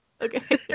Okay